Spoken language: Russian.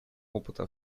опыта